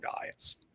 diets